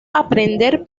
aprender